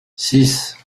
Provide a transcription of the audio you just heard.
six